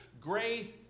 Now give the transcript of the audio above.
grace